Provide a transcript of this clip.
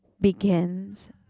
begins